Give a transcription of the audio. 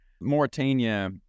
Mauritania